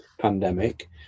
pandemic